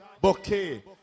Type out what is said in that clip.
bouquet